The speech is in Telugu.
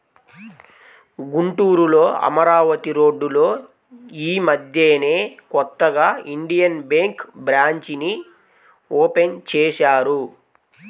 గుంటూరులో అమరావతి రోడ్డులో యీ మద్దెనే కొత్తగా ఇండియన్ బ్యేంకు బ్రాంచీని ఓపెన్ చేశారు